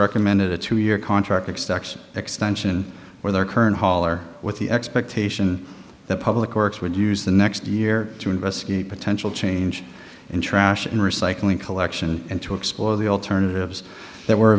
recommended a two year contract expects extension for their current hauler with the expectation that public works would use the next year to investigate potential change in trash and recycling collection and to explore the alternatives that were